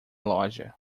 loja